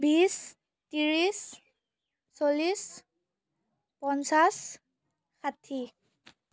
বিছ ত্ৰিছ চল্লিছ পঞ্চাছ ষাঠি